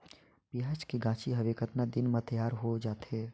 पियाज के गाछी हवे कतना दिन म तैयार हों जा थे?